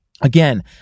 Again